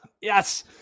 Yes